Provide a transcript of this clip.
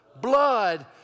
Blood